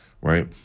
Right